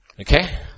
Okay